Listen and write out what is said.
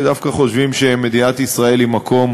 שדווקא חושבים שמדינת ישראל היא מקום